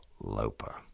Lopa